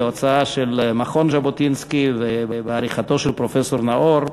בהוצאת מכון ז'בוטינסקי ובעריכתו של פרופסור נאור,